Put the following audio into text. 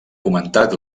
comentat